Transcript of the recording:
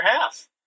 half